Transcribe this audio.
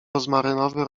rozmarynowy